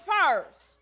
first